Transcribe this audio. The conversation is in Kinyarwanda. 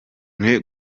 mwe